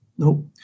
Nope